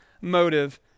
motive